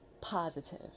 positive